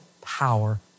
power